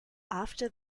after